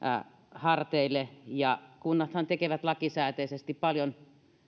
harteille ja kunnathan tekevät lakisääteisesti paljon